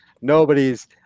nobody's